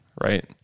right